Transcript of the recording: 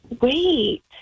Wait